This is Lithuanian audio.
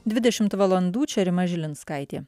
dvidešimt valandų čia rima žilinskaitė